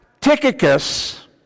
Tychicus